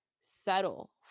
settle